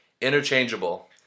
interchangeable